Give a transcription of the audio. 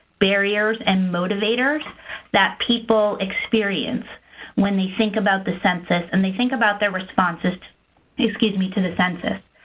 barriers and motivators that people experience when they think about the census, and they think about their responses excuse me, to the census.